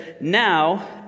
Now